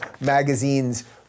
Magazine's